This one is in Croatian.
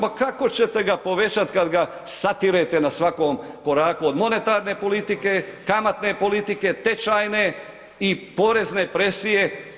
Ma kako ćete ga povećati kada ga satirete na svakom koraku od monetarne politike, kamatne politike, tečajne i porezne presije.